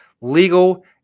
legal